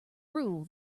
rule